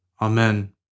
Amen